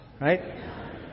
right